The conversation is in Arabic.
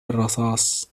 الرصاص